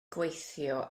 gweithio